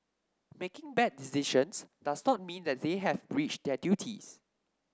making bad decisions does not mean that they have breached their duties